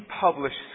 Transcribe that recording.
published